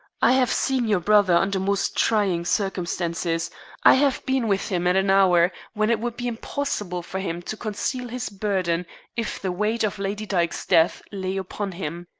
i have seen your brother under most trying circumstances i have been with him at an hour when it would be impossible for him to conceal his burden if the weight of lady dyke's death lay upon him.